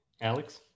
Alex